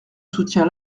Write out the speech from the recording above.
soutiens